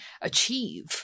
achieve